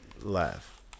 laugh